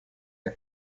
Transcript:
der